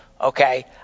Okay